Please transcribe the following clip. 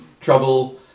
trouble